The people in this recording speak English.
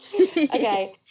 Okay